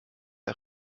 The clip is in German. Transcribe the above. der